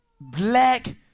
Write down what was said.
black